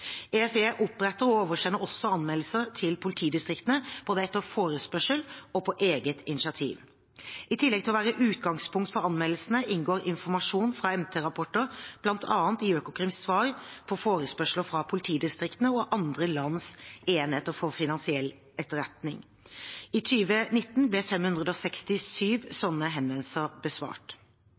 EFE oppretter og oversender også anmeldelser til politidistriktene, både på forespørsel og på eget initiativ. I tillegg til å være utgangspunkt for anmeldelsene inngår informasjon fra MT-rapporter bl.a. i Økokrims svar på forespørsler fra politidistriktene og andre lands enheter for finansiell etterretning. I 2019 ble 567 slike henvendelser besvart.